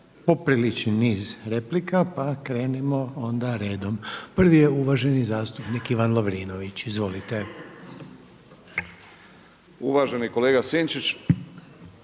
popriličan niz replika pa krenimo onda redom. Prvi je uvaženi zastupnik Ivan Lovrinović. Izvolite. **Lovrinović,